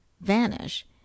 vanish